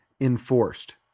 enforced